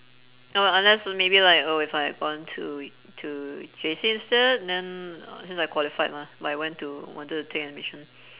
oh unless maybe like oh if I had gone to to J_C instead and then uh since I qualified mah but I went to wanted to take admission